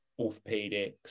orthopedics